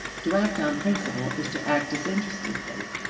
to act on principle is to act disinterestedly,